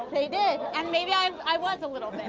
they did. and maybe i i was a little bit.